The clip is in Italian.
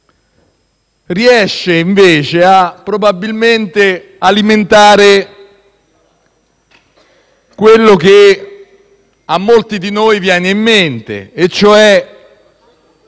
riesce probabilmente ad alimentare quello che a molti di noi viene in mente e cioè